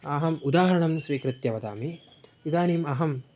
अहम् उदाहरणं स्वीकृत्य वदामि इदानीम् अहम्